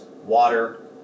water